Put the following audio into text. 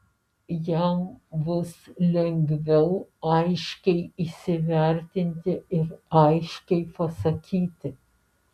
jam bus lengviau aiškiai įsivertinti ir aiškiai pasakyti